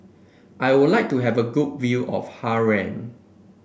I would like to have a good view of Harare